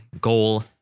goal